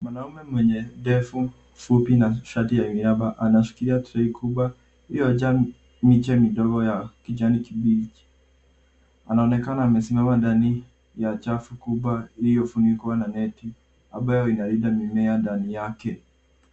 Mwanaume mwenye ndevu fupi na shati ya miraba anashikilia tray kubwa iliyojaa miche midogo ya kijani kibichi. Anaonekana amesimama ndani ya chafu kubwa iliyofunikwa na net ambayo inalinda mimea ndani yake.